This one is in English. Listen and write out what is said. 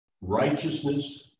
Righteousness